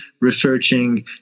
researching